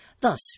Thus